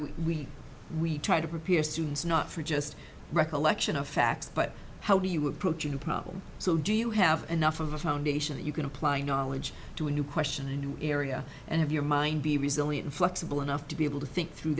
why we we try to prepare students not for just recollection of facts but how do you approach a problem so do you have enough of a foundation that you can apply knowledge to a new question a new area and have your mind be resilient flexible enough to be able to think through